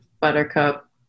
Buttercup